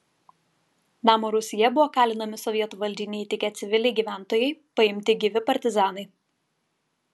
namo rūsyje buvo kalinami sovietų valdžiai neįtikę civiliai gyventojai paimti gyvi partizanai